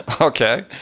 Okay